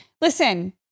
Listen